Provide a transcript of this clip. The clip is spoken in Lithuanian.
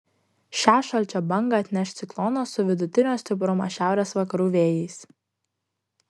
šią šalčio bangą atneš ciklonas su vidutinio stiprumo šiaurės vakarų vėjais